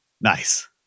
Nice